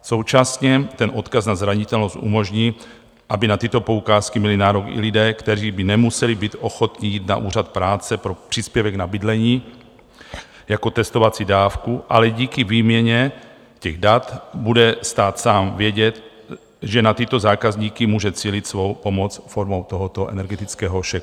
Současně odkaz na zranitelnost umožní, aby na tyto poukázky měli nárok i lidé, kteří by nemuseli být ochotni jít na úřad práce pro příspěvek na bydlení jako testovací dávku, ale díky výměně dat bude stát sám vědět, že na tyto zákazníky může cílit svou pomoc formou tohoto energetického šeku.